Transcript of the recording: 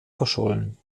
verschollen